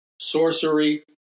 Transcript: sorcery